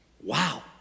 Wow